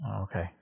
Okay